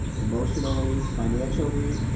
emotionally, financially,